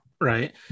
right